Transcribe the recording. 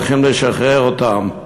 הולכים לשחרר אותם.